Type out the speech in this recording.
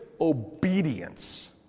obedience